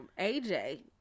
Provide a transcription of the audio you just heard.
AJ